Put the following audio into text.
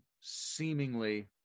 seemingly